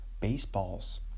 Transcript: Baseballs